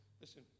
Listen